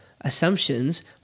assumptions